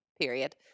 period